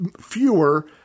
fewer